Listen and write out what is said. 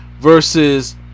Versus